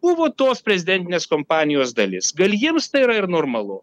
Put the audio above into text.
buvo tos prezidentinės kampanijos dalis gal jiems tai yra ir normalu